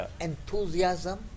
enthusiasm